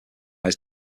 his